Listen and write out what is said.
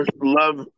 love